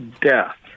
death